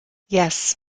yes